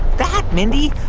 that mindy.